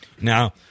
Now